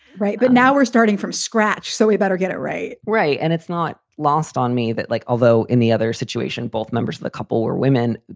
right. but now we're starting from scratch, so we better get it right. right. and it's not lost on me that like although in the other situation, both members of the couple were women.